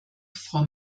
frau